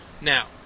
Now